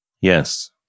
Yes